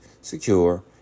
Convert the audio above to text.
secure